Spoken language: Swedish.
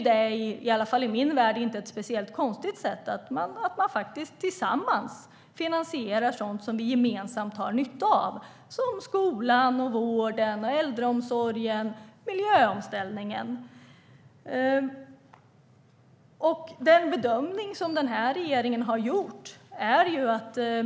Men i min värld är det inget konstigt att vi tillsammans finansierar sådant som vi gemensamt har nytta av, såsom skolan, vården, äldreomsorgen och miljöomställningen.